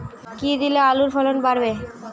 কী দিলে আলুর ফলন বাড়বে?